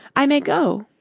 i may go.